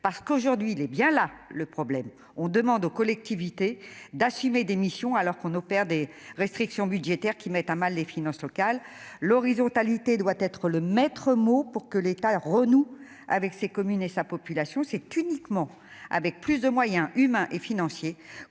parce qu'aujourd'hui il est bien là le problème : on demande aux collectivités d'assumer des missions alors qu'on opère des restrictions budgétaires qui mettent à mal les finances locales l'horizontalité doit être le maître mot pour que l'État renoue avec ses communes et sa population c'est uniquement avec plus de moyens humains et financiers